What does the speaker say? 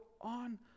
on